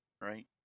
right